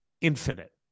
infinite